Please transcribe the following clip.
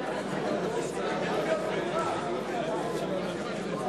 בשמות חברי הכנסת)